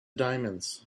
diamonds